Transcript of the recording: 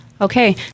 Okay